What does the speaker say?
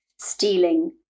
stealing